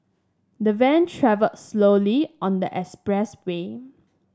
the van travelled slowly on the expressway